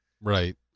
Right